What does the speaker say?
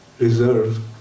reserve